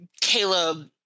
caleb